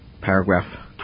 paragraph